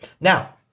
Now